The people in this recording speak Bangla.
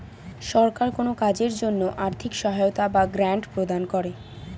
সরকার কোন কাজের জন্য আর্থিক সহায়তা বা গ্র্যান্ট প্রদান করে